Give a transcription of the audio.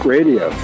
Radio